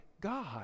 God